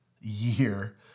year